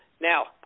Now